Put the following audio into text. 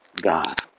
God